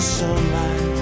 sunlight